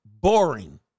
boring